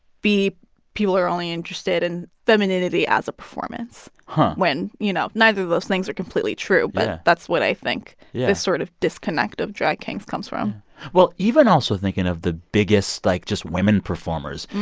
b, people are only interested in femininity as a performance when, you know, neither of those things are completely true yeah but that's what i think yeah this sort of disconnect of drag kings comes from well, even also thinking of the biggest, like, just women performers,